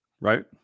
Right